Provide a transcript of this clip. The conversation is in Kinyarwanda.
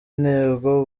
intego